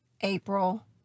April